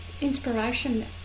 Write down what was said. Inspiration